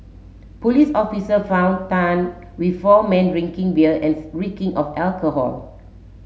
police officer found Tan with four men drinking beer and reeking of alcohol